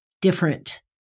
different